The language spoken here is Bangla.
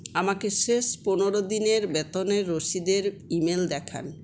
আমাকে শেষ পনেরো দিনের বেতনের রসিদের ইমেল দেখান